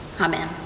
Amen